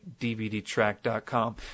dvdtrack.com